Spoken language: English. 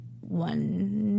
one